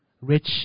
rich